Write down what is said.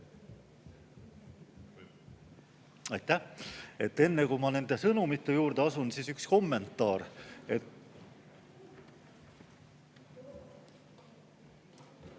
Aitäh! Enne, kui ma nende sõnumite juurde asun, üks kommentaar.